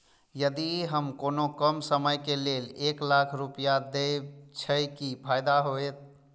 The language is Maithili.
यदि हम कोनो कम समय के लेल एक लाख रुपए देब छै कि फायदा होयत?